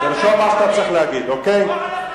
תרשום מה שאתה צריך להגיד, אוקיי?